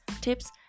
tips